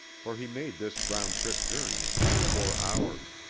for he made this roundtrip journey in twenty-four hours.